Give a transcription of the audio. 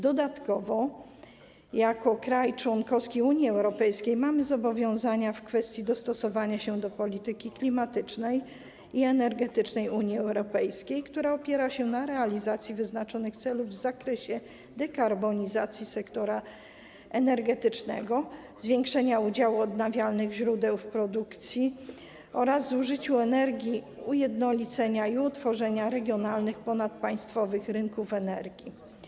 Dodatkowo jako kraj członkowski Unii Europejskiej mamy zobowiązania w kwestii dostosowania się do polityki klimatycznej i energetycznej Unii Europejskiej, która opiera się na realizacji wyznaczonych celów w zakresie dekarbonizacji sektora energetycznego, zwiększenia udziału odnawialnych źródeł w produkcji oraz zużyciu energii, utworzenia i ujednolicenia regionalnych, ponadpaństwowych rynków energii.